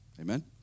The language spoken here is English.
Amen